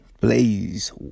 Blaze